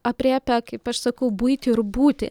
aprėpia kaip aš sakau buitį ir būtį